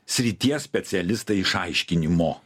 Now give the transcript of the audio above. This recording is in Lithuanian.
srities specialistai išaiškinimo